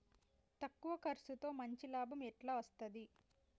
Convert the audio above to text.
తక్కువ కర్సుతో మంచి లాభం ఎట్ల అస్తది?